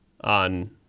on